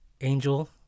Angel